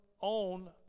own